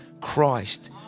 Christ